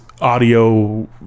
audio